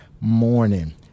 morning